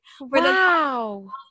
Wow